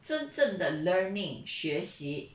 真正的 learning 学习